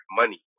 money